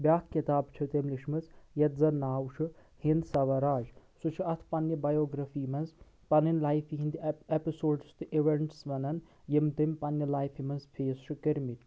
بیٛاکھ کِتاب چھِ تٔمۍ لیٖچھمٕژ یَتھ زَن ناو چھُ ہِنٛد سَواراج سُہ چھُ اَتھ پَننہِ بَیوگرافی منٛز پَنٕنۍ لایِفہِ ہِنٛدۍ ایٚپِسوڈٕز تہٕ اِویٚنٹٕز وَنان یِم تیٚمۍ پنٛنِہ لایِفہِ منٛز فیس چھِ کٔرۍ مٕتۍ